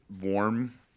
warm